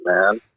man